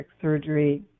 surgery